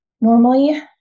normally